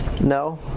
No